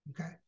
Okay